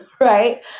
right